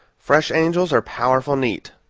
fresh angels are powerful neat.